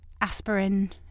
aspirin